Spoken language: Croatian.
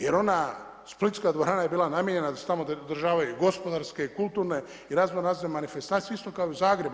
Jer ona splitska dvorana je bila namijenjena da se tamo održavaju gospodarske, kulturne i razno razne manifestacije isto kao i u Zagrebu.